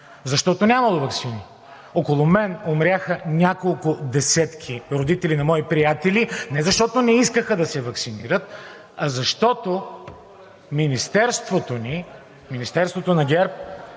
защото нямало ваксини. Около мен умряха няколко десетки родители на мои приятели не защото не искаха да се ваксинират, а защото Министерството ни – Министерството на ГЕРБ,